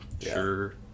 sure